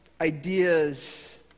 ideas